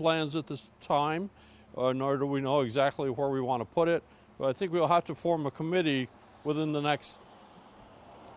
plans at this time nor do we know exactly where we want to put it but i think we'll have to form a committee within the next